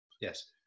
yes